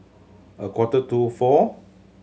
a quarter to four